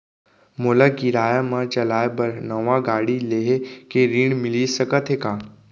मोला किराया मा चलाए बर नवा गाड़ी लेहे के ऋण मिलिस सकत हे का?